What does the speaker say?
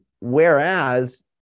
whereas